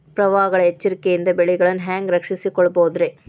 ಪ್ರವಾಹಗಳ ಎಚ್ಚರಿಕೆಯಿಂದ ಬೆಳೆಗಳನ್ನ ಹ್ಯಾಂಗ ರಕ್ಷಿಸಿಕೊಳ್ಳಬಹುದುರೇ?